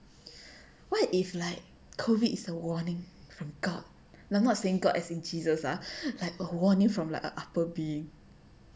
what if like COVID is a warning from god like I'm not saying god as in jesus ah like a warning from the upper bi